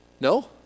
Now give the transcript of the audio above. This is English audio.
No